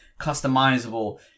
customizable